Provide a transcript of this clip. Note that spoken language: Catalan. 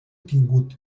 tingut